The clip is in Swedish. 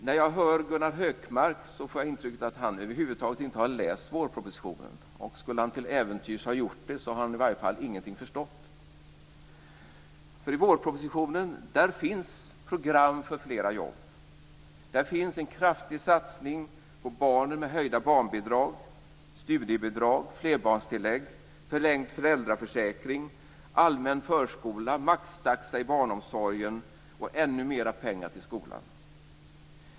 När jag hör Gunnar Hökmark får jag intrycket av att han över huvud taget inte har läst vårpropositionen, och skulle han till äventyrs ha gjort det har han i varje fall ingenting förstått. I vårpropositionen finns program för fler jobb. Där finns en kraftig satsning på barn med höjda barnbidrag, studiebidrag, flerbarnstillägg, förlängd föräldraförsäkring, allmän förskola, maxtaxa i barnomsorgen och ännu mer pengar till skolan.